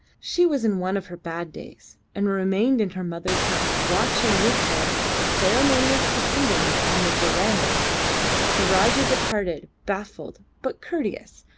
she was in one of her bad days, and remained in her mother's hut watching with her the ceremonious proceedings on the verandah the rajah departed, baffled but courteous,